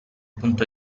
punto